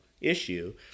issue